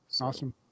Awesome